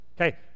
Okay